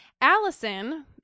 Allison